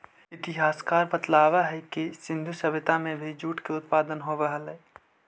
इतिहासकार बतलावऽ हई कि सिन्धु सभ्यता में भी जूट के उत्पादन होवऽ हलई